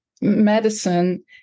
medicine